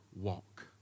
walk